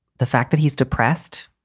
the fact that he's depressed,